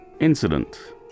incident